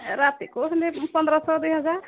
ଏ ରାତିକୁ ହେଲେ ପନ୍ଦରଶହ ଦୁଇହଜାର